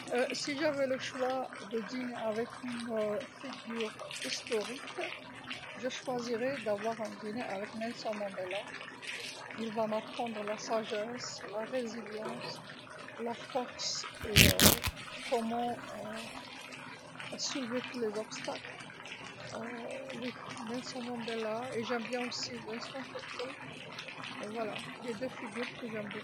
لو كان لدي خيار تناول العشاء مع شخصيه تاريخيه، سأختار تناول العشاء مع نيلسون مانديلا، سوف يعلمني القوة والمرونه والقوه و كيفية التغلب على جميع العقبات نعم، نيلسون مانديلا واحب كذالك ولسون تشوتشو، الشخصيتان اللتان أحبهما حقًا.